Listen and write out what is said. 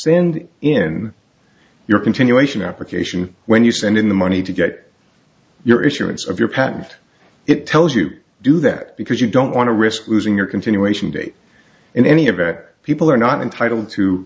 send in your continuation application when you send in the money to get your issuance of your patent it tells you do that because you don't want to risk losing your continuation date in any event people are not entitled to